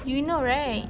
you know right